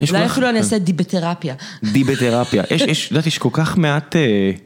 לא יכלו לנסות דיבטרפיה. דיבטרפיה. יש, יש, יודעת, יש כל כך מעט...